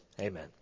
Amen